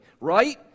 right